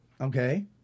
Okay